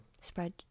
spread